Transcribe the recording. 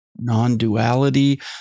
non-duality